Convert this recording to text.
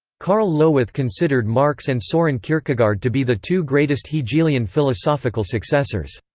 karl lowith considered marx and soren kierkegaard to be the two greatest hegelian philosophical successors.